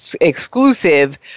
exclusive